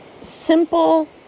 simple